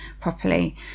properly